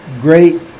great